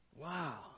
Wow